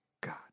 God